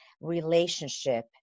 relationship